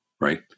right